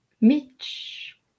Mitch